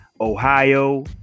Ohio